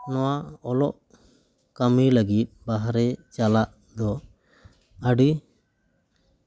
ᱱᱚᱣᱟ ᱚᱞᱚᱜ ᱠᱟᱹᱢᱤ ᱞᱟᱹᱜᱤᱫ ᱵᱟᱦᱨᱮ ᱪᱟᱞᱟᱜ ᱫᱚ ᱟᱹᱰᱤ